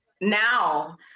now